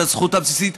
את הזכות הבסיסית,